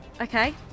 Okay